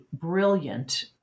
brilliant